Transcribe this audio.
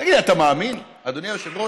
תגיד לי, אתה מאמין, אדוני היושב-ראש?